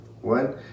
one